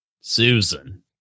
Susan